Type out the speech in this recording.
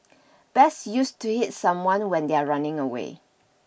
best used to hit someone when they are running away